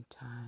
Time